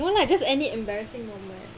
no lah just any embarrassing moment